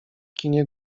kinie